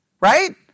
Right